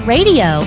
Radio